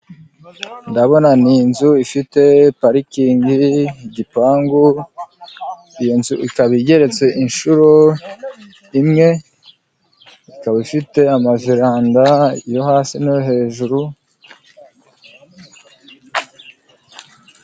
Ndabona ni inzu ifite parikingi igipangu ,iyo nzu ikaba igeretse rimwe ,ikaba ifite amaveranda yo hasi no hejuru....